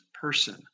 person